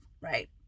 right